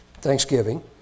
Thanksgiving